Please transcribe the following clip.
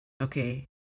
okay